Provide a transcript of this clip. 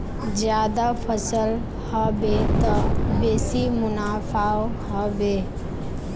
ज्यादा फसल ह बे त बेसी मुनाफाओ ह बे